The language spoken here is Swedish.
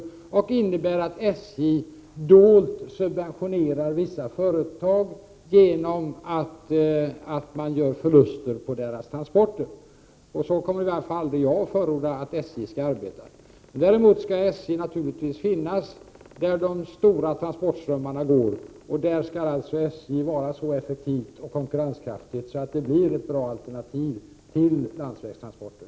Det skulle också innebära att SJ då skulle subventionera vissa företag genom att göra förluster på deras transporter. Jag kommer i alla fall aldrig att förorda att SJ skall arbeta på det sättet. Däremot skall SJ naturligtvis finnas där de stora transportströmmarna går, och där skall SJ vara så effektivt och konkurrenskraftigt att järnvägstransporter blir ett bra alternativ till landsvägstransporter.